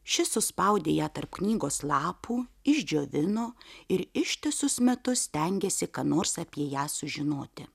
šis suspaudė ją tarp knygos lapų išdžiovino ir ištisus metus stengėsi ką nors apie ją sužinoti